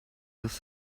this